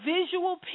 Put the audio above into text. visual